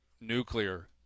nuclear